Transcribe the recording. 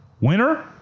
winner –